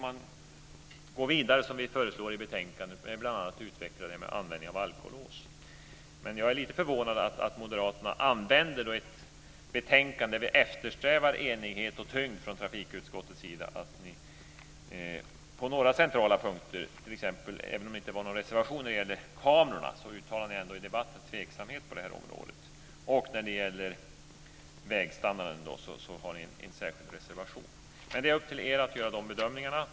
Man ska, som vi föreslår i betänkandet, gå vidare bl.a. med en utvecklad användning av alkolås. Jag är dock lite förvånad över att moderaterna i ett betänkande där vi eftersträvar enighet och tyngd från trafikutskottets sida uttalar tveksamhet på några centrala punkter. Även om ni inte har någon reservation t.ex. när det gäller kamerorna, uttalar ni ändå i debatten tveksamhet på det området. I fråga om vägstandarden har ni avgivit en särskild reservation. Det är dock upp till er att göra de bedömningarna.